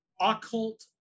occult